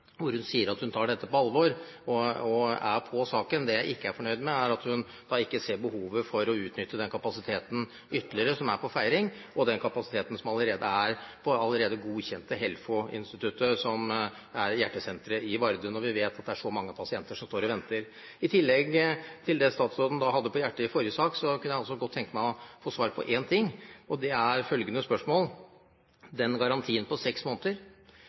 hvor hun sier at hun tar dette på alvor og er på saken. Det jeg ikke er fornøyd med, er at hun ikke ser behovet for å utnytte den kapasiteten som er på Feiring, ytterligere, og den kapasiteten som allerede er ved HjerteCenter Varde, som er godkjent av HELFO-instituttet, når vi vet at det er så mange pasienter som står og venter. I tillegg til det statsråden hadde på hjertet i forrige sak, kunne jeg godt tenke meg å få svar på én ting, og det er følgende spørsmål: Den garantien på seks måneder,